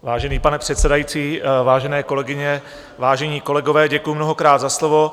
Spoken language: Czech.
Vážený pane předsedající, vážené kolegyně, vážení kolegové, děkuji mnohokrát za slovo.